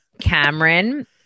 Cameron